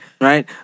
Right